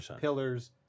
pillars